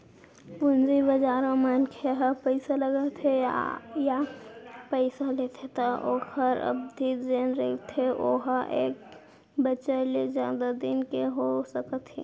पूंजी बजार म मनखे ह पइसा लगाथे या पइसा लेथे त ओखर अबधि जेन रहिथे ओहा एक बछर ले जादा दिन के हो सकत हे